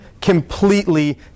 completely